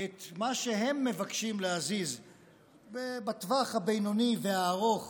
את מה שהם מבקשים להזיז בטווח הבינוני והארוך